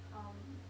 um